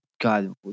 God